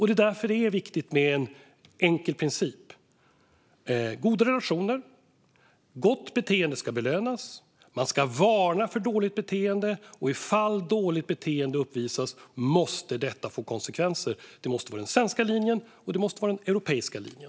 Det är därför det är viktigt med en enkel princip: Goda relationer och gott beteende ska belönas, man ska varna för dåligt beteende och ifall dåligt beteende uppvisas måste detta få konsekvenser. Det måste vara den svenska linjen, och det måste vara den europeiska linjen.